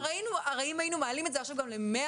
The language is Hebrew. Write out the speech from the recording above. הרי אם היינו מעלים את זה עכשיו גם ל-100%,